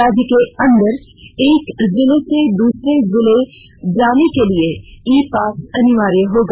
राज्य के अंदर एक जिला से दूसरे जिला जाने के लिए ई पास अनिवार्य होगा